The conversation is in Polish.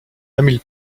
emil